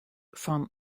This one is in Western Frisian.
fan